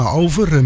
over